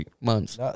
months